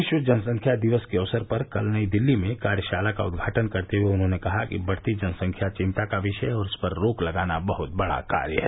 विश्व जनसंख्या दिवस के अवसर पर कल नई दिल्ली में कार्यशाला का उद्घाटन करते हुए उन्होंने कहा कि बढ़ती जनसंख्या चिंता का विषय है और इस पर रोक लगाना बहुत बड़ा कार्य है